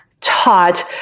taught